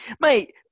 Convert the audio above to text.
Mate